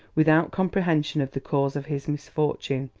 without comprehension of the cause of his misfortune.